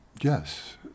Yes